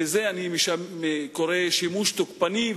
לזה אני קורא שימוש תוקפני,